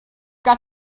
got